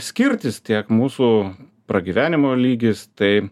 skirtis tiek mūsų pragyvenimo lygis tai